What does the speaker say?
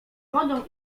wodą